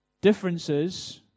Differences